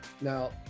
now